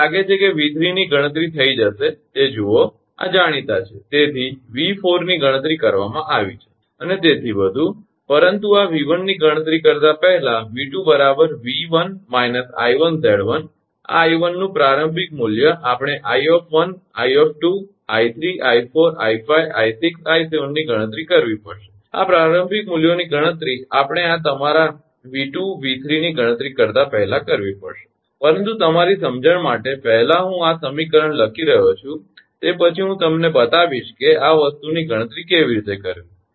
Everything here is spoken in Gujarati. મને લાગે છે કે 𝑉 ની ગણતરી થઈ જશે તે જુઓ આ જાણીતા છે તેથી 𝑉 ની ગણતરી કરવામાં આવી છે અને તેથી વધુ પરંતુ આ 𝑉 ની ગણતરી કરતા પહેલા 𝑉 𝑉 − 𝐼𝑍 આ 𝐼 નું પ્રારંભિક મૂલ્ય આપણે 𝐼 𝐼 𝐼 𝐼 𝐼 𝐼 𝐼 ની ગણતરી કરવી પડશે આ પ્રારંભિક મૂલ્યોની ગણતરી આપણે આ તમારા 𝑉 𝑉 ની ગણતરી કરતા પહેલા કરવી પડશે પરંતુ તમારી સમજણ માટે પહેલા હું આ સમીકરણ લખી રહ્યો છું તે પછી હું તમને બતાવીશ કે આ વસ્તુની ગણતરી કેવી રીતે કરવી